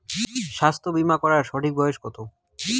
স্বাস্থ্য বীমা করার সঠিক বয়স কত?